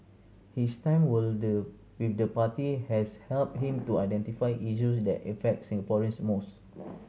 his time will the with the party has helped him to identify issues that affect Singaporeans most